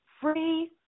free